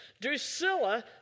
Drusilla